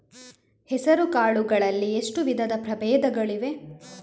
ಹೆಸರುಕಾಳು ಗಳಲ್ಲಿ ಎಷ್ಟು ವಿಧದ ಪ್ರಬೇಧಗಳಿವೆ?